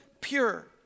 pure